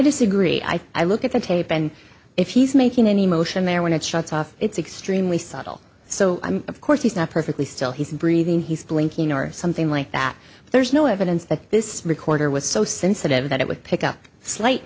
disagree i think i look at the tape and if he's making any motion there when it shuts off it's extremely subtle so of course he's not perfectly still he's breathing he's blinking or something like that but there's no evidence that this recorder was so sensitive that it would pick up slight